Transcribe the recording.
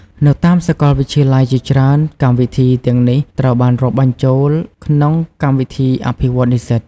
នៅតាមសាកលវិទ្យាល័យជាច្រើន កម្មវិធីទាំងនេះត្រូវបានរាប់បញ្ចូលក្នុងកម្មវិធីអភិវឌ្ឍនិស្សិត។